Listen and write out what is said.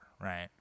right